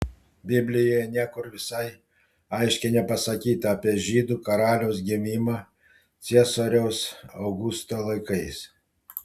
biblijoje niekur visai aiškiai nepasakyta apie žydų karaliaus gimimą ciesoriaus augusto laikais